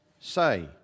say